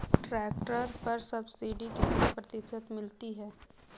Tractor पर subsidy कितने प्रतिशत मिलती है?